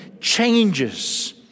changes